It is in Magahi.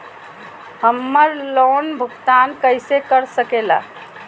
हम्मर लोन भुगतान कैसे कर सके ला?